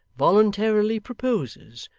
voluntarily proposes,